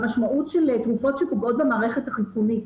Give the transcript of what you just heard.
המשמעות של תרופות שפוגעות במערכת החיסונית.